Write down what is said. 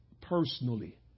personally